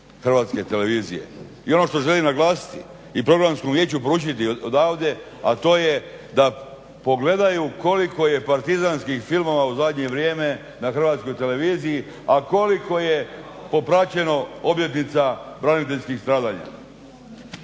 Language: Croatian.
Hrvatske televizije. I ono što želim naglasiti i Programskom vijeću poručiti odavde, a to je da pogledaju koliko je partizanskih filmova u zadnje vrijeme na Hrvatskoj televiziji, a koliko je popraćeno obljetnica braniteljskih stradanja.